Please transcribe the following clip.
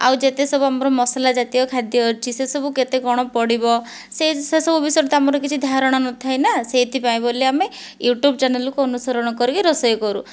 ଆଉ ଯେତେ ସବୁ ଆମର ମସଲା ଜାତୀୟ ଖାଦ୍ୟ ଅଛି ସେସବୁ କେତେ କ'ଣ ପଡ଼ିବ ସେ ସେସବୁ ବିଷୟରେ ତ ଆମର କିଛି ଧାରଣା ନଥାଏ ନା ସେଥିପାଇଁ ବୋଲି ଆମେ ୟୁଟ୍ୟୁବ୍ ଚ୍ୟାନେଲ୍କୁ ଅନୁସରଣ କରିକି ରୋଷେଇ କରୁ